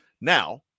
Now